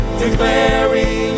declaring